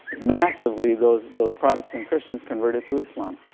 massively, those those protestant christians converted to islam.